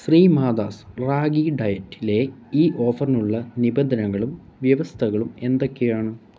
Sreemathas ragi diet ലെ ഈ ഓഫറിനുള്ള നിബന്ധനകളും വ്യവസ്ഥകളും എന്തൊക്കെയാണ്